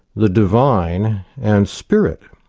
the divine and spirit.